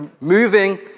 Moving